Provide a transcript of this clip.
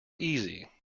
easy